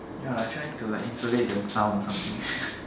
ya like trying to like insulate the sound or something